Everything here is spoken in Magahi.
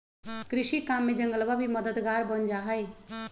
कृषि काम में जंगलवा भी मददगार बन जाहई